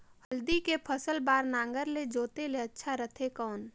हल्दी के फसल बार नागर ले जोते ले अच्छा रथे कौन?